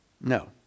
No